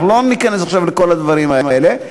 אנחנו לא ניכנס עכשיו לכל הדברים האלה,